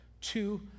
Two